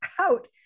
out